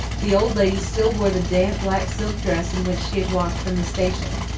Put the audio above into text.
the old lady still wore the damp black silk dress in which she had walked from the station.